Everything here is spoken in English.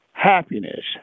Happiness